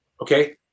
Okay